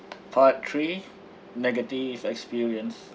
part three negative experience